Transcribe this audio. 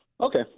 Okay